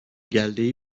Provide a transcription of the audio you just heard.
geldiği